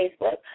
Facebook